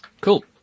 Cool